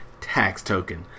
TaxToken